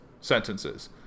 sentences